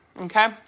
Okay